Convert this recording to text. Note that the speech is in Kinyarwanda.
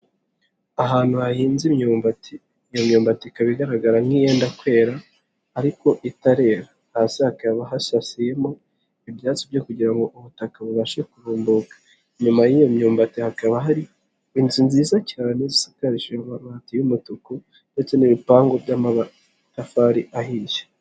Ahantu hahinze imyumbati iyo myumbati ikaba igaragara nk'iyenda kwera ariko itarera, hasi hakaba hasasiyemo ibyatsi byo kugira ngo ubutaka bubashe kurumbuka, inyuma y'iyi myumbati hakaba hari inzu nziza cyane isakarishije amabati y'umutuku ndetse n'ibipangu by'amatafari ahiye.